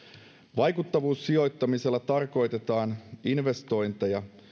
vaikuttavuussijoittamisella tarkoitetaan investointeja